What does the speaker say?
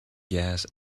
gas